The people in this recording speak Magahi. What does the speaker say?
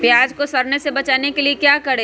प्याज को सड़ने से बचाने के लिए क्या करें?